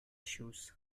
shoes